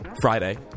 Friday